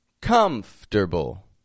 Comfortable